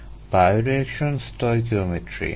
bioreaction stoichiometry